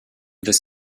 this